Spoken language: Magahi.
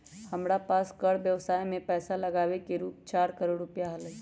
हमरा पास कर व्ययवसाय में पैसा लागावे के रूप चार करोड़ रुपिया हलय